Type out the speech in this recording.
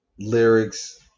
Lyrics